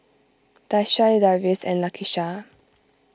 Daisha Darius and Lakisha